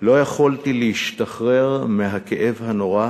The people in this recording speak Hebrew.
לא יכולתי להשתחרר מהכאב הנורא